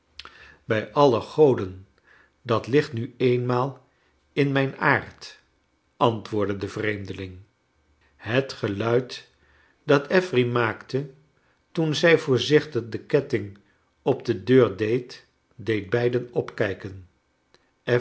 kleine doeeit goden dat ligt nu eenmaal in mijn aard antwoordde de vreemdeling bet geluid dat affery maakte toen zij voorzichtig den ketting op de deur deed deed beiden opkijken